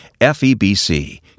FEBC